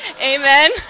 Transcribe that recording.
Amen